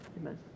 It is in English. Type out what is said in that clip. Amen